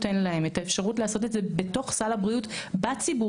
את האפשרות לעשות את זה בתוך סל הבריאות בציבורי,